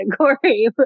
category